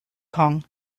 kong